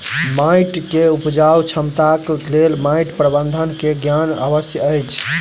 माइट के उपजाऊ क्षमताक लेल माइट प्रबंधन के ज्ञान आवश्यक अछि